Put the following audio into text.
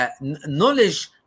knowledge